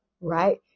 Right